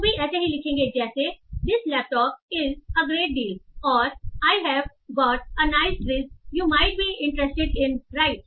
लोग भी ऐसे ही लिखेंगे जैसे this laptop is a great deal और I have got a nice bridge you might be interested in right